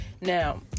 Now